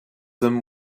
them